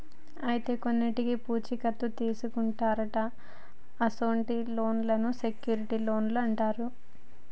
అయితే కొన్నింటికి పూచీ కత్తు తీసుకుంటారట అసొంటి లోన్లను సెక్యూర్ట్ లోన్లు అంటారు